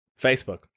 Facebook